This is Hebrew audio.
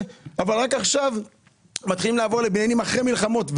ורק עכשיו מתחילים לעבור לבניינים אחרי מלחמות.